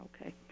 Okay